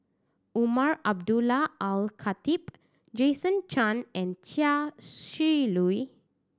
Umar Abdullah Al Khatib Jason Chan and Chia Shi Lu